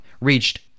reached